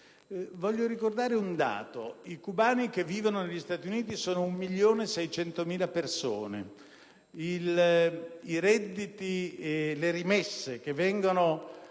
Desidero ricordare un dato: i cubani che vivono negli Stati Uniti sono 1.600.000 e i redditi, le rimesse che vengono